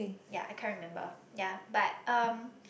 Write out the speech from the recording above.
ya I can't remember ya but um